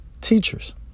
teachers